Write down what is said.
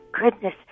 goodness